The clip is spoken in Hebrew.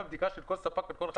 זו בקשה לא מופרכת ולא לא הגיונית.